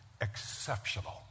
exceptional